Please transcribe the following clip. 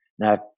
Now